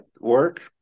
work